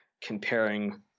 comparing